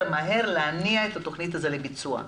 מהר להניע את התוכנית הזאת לביצוע.